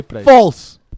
False